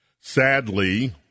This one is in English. Sadly